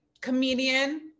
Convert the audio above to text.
comedian